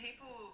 people